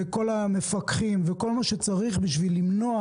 וכל המפקחים וכל מה שצריך בשביל למנוע